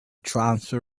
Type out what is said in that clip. transfer